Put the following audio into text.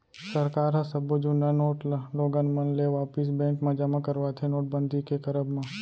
सरकार ह सब्बो जुन्ना नोट ल लोगन मन ले वापिस बेंक म जमा करवाथे नोटबंदी के करब म